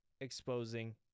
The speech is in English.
exposing